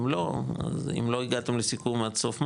אם לא הגעתם לסיכום עד סוף מאי,